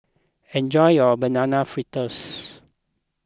enjoy your Banana Fritters